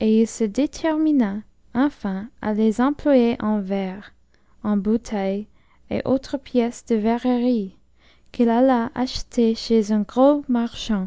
et il se détermina enfin à les employer en verres en bouteilles et autres pièces de verrerie qu'il alla acheter chez un gros marchand